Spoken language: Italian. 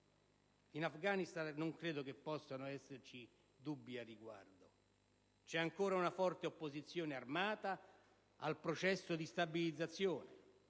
In Afghanistan non credo che possano esserci dubbi al riguardo. C'è ancora una forte opposizione armata al processo di stabilizzazione,